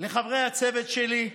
לחברי הצוות שלי,